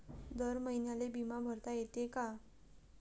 दर महिन्याले बिमा भरता येते का?